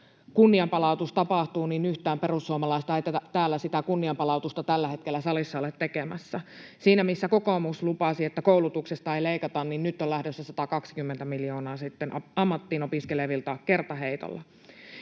kunnianpalautus tapahtuu, niin yhtään perussuomalaista ei sitä kunnianpalautusta tällä hetkellä täällä salissa ole tekemässä. Siinä missä kokoomus lupasi, että koulutuksesta ei leikata, niin nyt on lähdössä 120 miljoonaa sitten ammattiin opiskelevilta kertaheitolla.